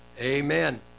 Amen